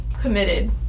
committed